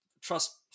trust